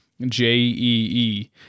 J-E-E